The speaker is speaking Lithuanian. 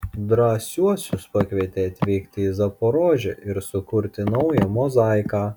drąsiuosius pakvietė atvykti į zaporožę ir sukurti naują mozaiką